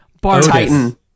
Bar-Titan